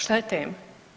Šta je tema?